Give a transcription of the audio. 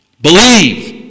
Believe